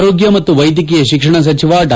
ಆರೋಗ್ಯ ಮತ್ತು ವೈದ್ಯಕೀಯ ಶಿಕ್ಷಣ ಸಚಿವ ಡಾ